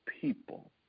people